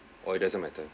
or it doesn't matter